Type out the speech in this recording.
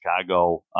Chicago